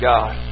God